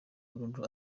burundu